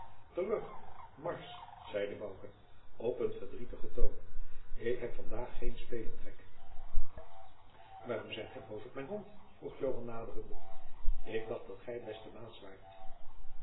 terug marsch zeide bouke op een verdrietigen toon ik heb vandaag geen spelenstrek waarom zijt gij boos op mijn hond vroeg joan naderende ik dacht dat gij beste maats waart